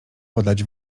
podać